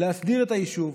להסדיר את היישוב.